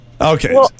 Okay